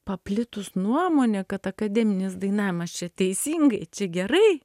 paplitus nuomonė kad akademinis dainavimas čia teisingai čia gerai